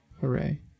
Hooray